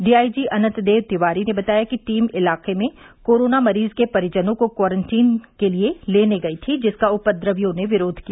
DIG Anant Dev Tiwari ने बताया कि टीम इलाके में कोरोना मरीज के परिजनों को क्वारंटीन के लिए लेने गयी थी जिसका उपद्रवियों ने विरोध किया